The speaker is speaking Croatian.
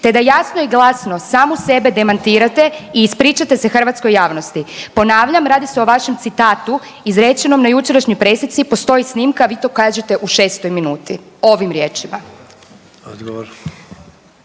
te da jasno i glasno samu sebe demantirate i ispričate se hrvatskoj javnosti. Ponavljam, radi se o vašem citatu izrečenom na jučerašnjoj presici. Postoji snimka, vi to kažete u 6 minuti ovim riječima.